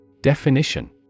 Definition